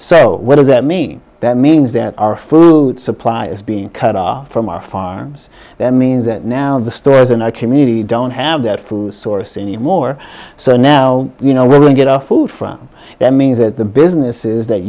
so what does that mean that means that our food supply is being cut off from our farms that means that now the stores in our community don't have that food source anymore so now you know we get our food from them means that the businesses that